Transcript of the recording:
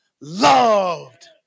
loved